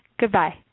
goodbye